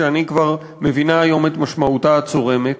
שאני כבר מבינה היום את משמעותה הצורמת,